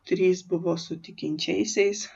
trys buvo su tikinčiaisiais